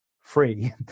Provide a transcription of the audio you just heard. free